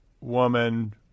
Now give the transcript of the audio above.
woman